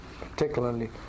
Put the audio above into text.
particularly